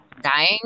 dying